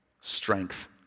strength